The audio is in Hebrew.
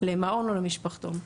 למעון או למשפחתון.